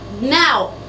now